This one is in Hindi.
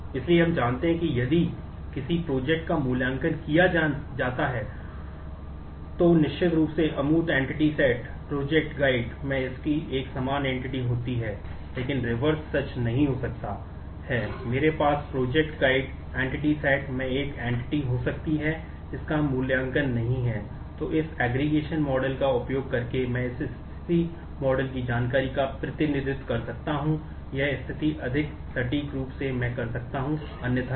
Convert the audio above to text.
इसलिए हम जानते हैं कि यदि किसी प्रोजेक्ट की जानकारी का प्रतिनिधित्व कर सकता हूं यह स्थिति अधिक सटीक रूप से मैं कर सकता हूं अन्यथा नहीं